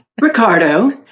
Ricardo